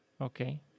okay